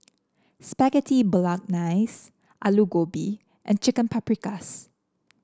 Spaghetti Bolognese Alu Gobi and Chicken Paprikas